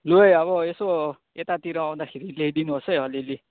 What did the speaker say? लु है अब यसो यतातिर आउँदाखेरि ल्याइदिनु होस् है अलिअलि